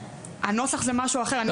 הנוסח זה משהו אחר.